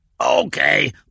Okay